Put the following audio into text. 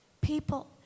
people